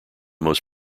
most